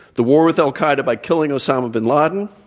the war with al-qaeda by killing osama bin laden,